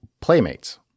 Playmates